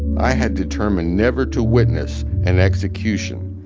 i had determined never to witness an execution.